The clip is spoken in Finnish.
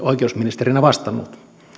oikeusministerinä vastannut